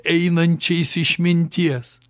einančiais išminties